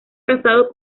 casado